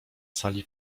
sali